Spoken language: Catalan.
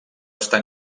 estar